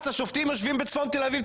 השופטים של בג"צ יושבים בצפון תל אביב.